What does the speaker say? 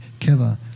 keva